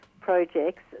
projects